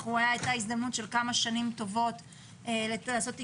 אולי הייתה הזדמנות של כמה שנים טובות לעשות תיקונים,